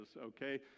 okay